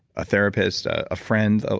a therapist, a friend? ah